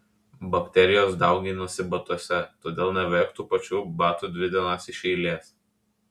bakterijos dauginasi batuose todėl neavėk tų pačių batų dvi dienas iš eilės